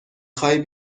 خوای